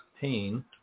pain